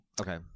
Okay